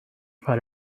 for